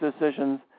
decisions